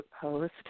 post